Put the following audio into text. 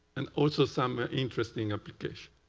and also, some interesting application.